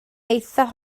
eithaf